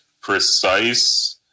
precise